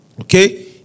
Okay